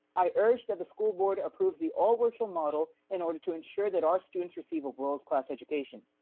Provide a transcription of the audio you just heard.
i urge that the school board approves the all virtual model in order to ensure that our students receive a world class education.